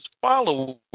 followers